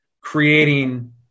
creating